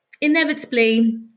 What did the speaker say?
inevitably